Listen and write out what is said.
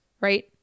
right